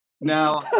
Now